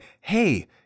hey